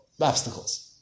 obstacles